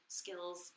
skills